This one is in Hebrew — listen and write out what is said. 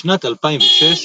בשנת 2006,